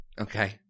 Okay